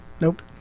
Nope